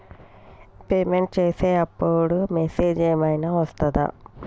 Payment చేసే అప్పుడు message ఏం ఐనా వస్తదా?